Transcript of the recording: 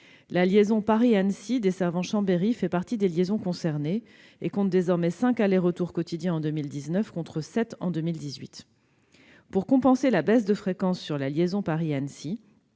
La ligne Paris-Annecy, desservant Chambéry, fait partie des liaisons concernées : elle offre cinq allers-retours quotidiens en 2019, contre sept en 2018. Pour compenser la baisse de fréquence sur la liaison Paris-Annecy,